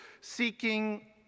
seeking